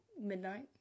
midnight